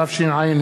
התשע"ה